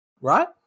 right